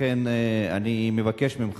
לכן אני מבקש ממך,